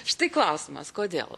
štai klausimas kodėl